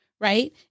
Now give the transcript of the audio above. right